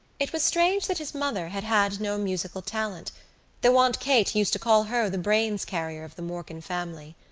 it was strange that his mother had had no musical talent though aunt kate used to call her the brains carrier of the morkan family.